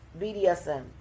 BDSM